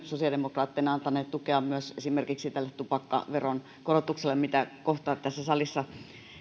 sosiaalidemokraatteina antaneet tukea myös esimerkiksi tälle tupakkaveron korotukselle mitä kohta tässä salissa